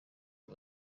ubu